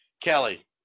Kelly